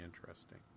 interesting